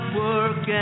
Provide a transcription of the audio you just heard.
work